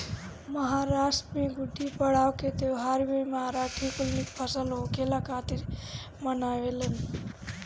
महाराष्ट्र में गुड़ीपड़वा के त्यौहार भी मराठी कुल निक फसल होखला खातिर मनावेलन